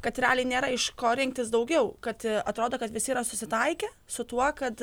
kad realiai nėra iš ko rinktis daugiau kad atrodo kad visi yra susitaikę su tuo kad